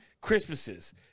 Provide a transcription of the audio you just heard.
Christmases